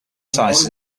sizes